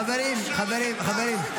חברים, חברים, חברים.